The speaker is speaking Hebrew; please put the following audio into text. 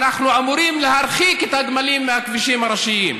אנחנו אמורים להרחיק את הגמלים מהכבישים הראשיים,